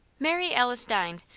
mary alice dined,